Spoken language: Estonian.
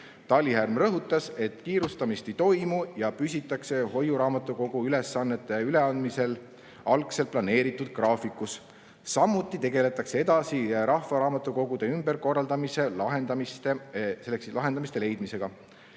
Talihärm rõhutas, et kiirustamist ei ole ja hoiuraamatukogu ülesannete üleandmisel püsitakse algselt planeeritud graafikus. Samuti tegeldakse edasi rahvaraamatukogude ümberkorraldamiseks lahenduste leidmisega.